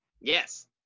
Yes